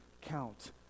count